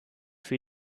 für